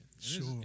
Sure